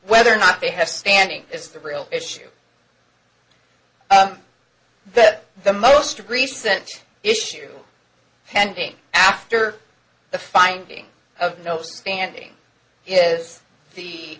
whether or not they have standing is the real issue that the most agree sent issue pending after the finding of no standing is the